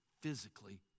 physically